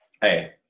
Hey